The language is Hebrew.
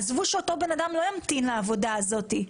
עזבו שאותו בן אדם לא ימתין לעבודה הזאת.